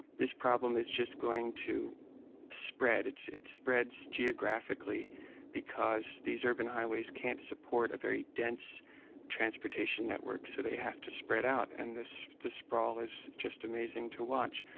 this problem is just going to spread, it spreads geographically because these urban highways can't support a very dense transportation network, so they have to spread out, and this this sprawl is just amazing to watch.